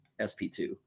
SP2